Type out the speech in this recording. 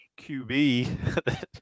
qb